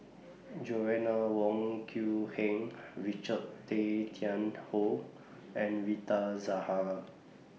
Joanna Wong Quee Heng Richard Tay Tian Hoe and Rita Zahara